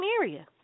area